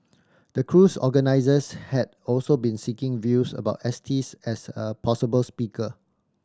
the cruise organisers had also been seeking views about Estes as a possible speaker